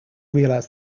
realize